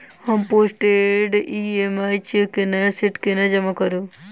हम postdated EMI cheque केँ नया सेट केना जमा करू?